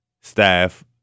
staff